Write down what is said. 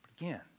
Again